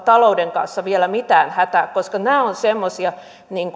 talouden kanssa vielä mitään hätää koska nämä ovat semmoisia